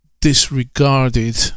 disregarded